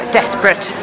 desperate